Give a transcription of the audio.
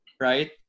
right